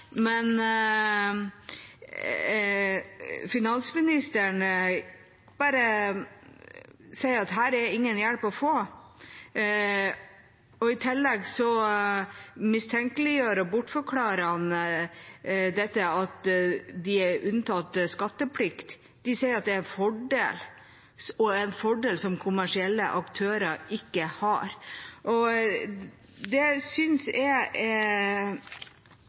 men finansministeren sier bare at her er det ingen hjelp å få. I tillegg mistenkeliggjør og bortforklarer han dette med at de er unntatt skatteplikt. De sier det er en fordel, og en fordel som kommersielle aktører ikke har. Det